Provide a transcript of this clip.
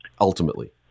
ultimately